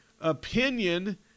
opinion